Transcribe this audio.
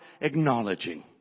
acknowledging